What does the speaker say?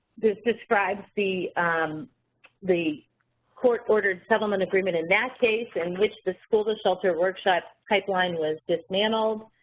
this describes the um the court-ordered settlement agreement in that case in which the school-to-sheltered workshop pipeline was dismantled,